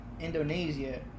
Indonesia